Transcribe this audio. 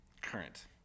current